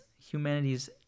humanity's